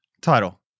title